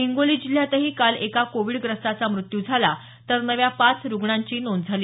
हिंगोली जिल्ह्यातही काल एका कोविडग्रस्ताचा मृत्यू झाला तर नव्या पाच रुग्णांची नोंद झाली